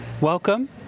welcome